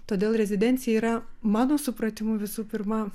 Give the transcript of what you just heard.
todėl rezidencija yra mano supratimu visų pirma